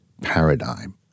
paradigm